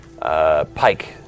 Pike